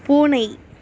பூனை